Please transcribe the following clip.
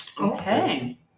Okay